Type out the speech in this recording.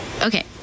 Okay